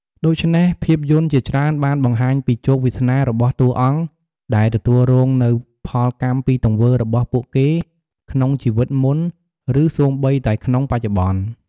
ដូច្នេះ ភាពយន្តជាច្រើនបានបង្ហាញពីជោគវាសនារបស់តួអង្គដែលទទួលរងនូវផលកម្មពីទង្វើរបស់ពួកគេក្នុងជីវិតមុន ឬសូម្បីតែក្នុងបច្ចុប្បន្ន។